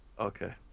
Okay